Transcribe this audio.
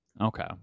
Okay